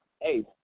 hey